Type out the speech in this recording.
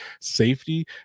Safety